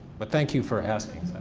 but thank you for asking.